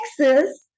Texas